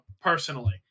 personally